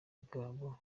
bwabo